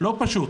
לא פשוט